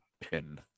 pin